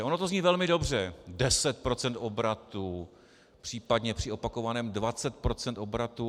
Ono to zní velmi dobře, 10 % obratu, případně při opakovaném 20 % obratu.